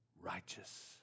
righteous